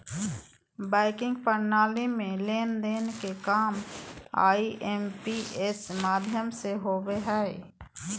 banking प्रणाली में लेन देन के काम आई.एम.पी.एस माध्यम से होबो हय